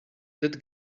that